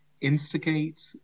instigate